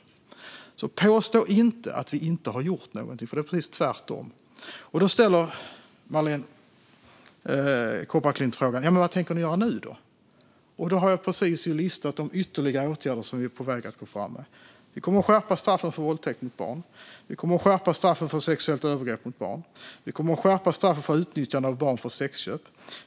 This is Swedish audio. Påstå alltså inte att vi inte har gjort någonting, för det är precis tvärtom! Marléne Lund Kopparklint ställer frågan: Vad tänker ni göra nu då? Jag har precis listat de ytterligare åtgärder vi är på väg att gå fram med. Vi kommer att skärpa straffen för våldtäkt mot barn. Vi kommer att skärpa straffen för sexuellt övergrepp mot barn. Vi kommer att skärpa straffen för utnyttjande av barn för sexköp.